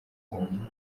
huye